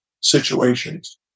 situations